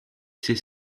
c’est